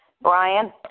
Brian